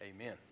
Amen